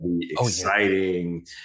Exciting